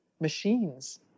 machines